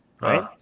right